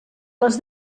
les